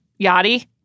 yachty